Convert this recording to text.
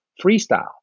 freestyle